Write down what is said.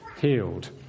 healed